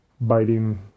biting